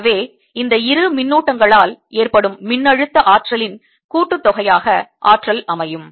எனவே இந்த இரு மின்னூட்டங்களால் ஏற்படும் மின்னழுத்த ஆற்றலின் கூட்டுத் தொகையாக ஆற்றல் அமையும்